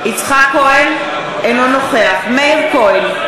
אינו נוכח מאיר כהן,